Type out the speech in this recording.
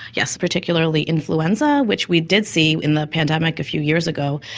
yes, particularly influenza which we did see in the pandemic a few years ago,